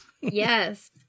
Yes